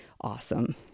awesome